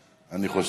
אני חושב.